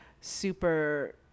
super